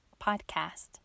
podcast